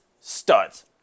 studs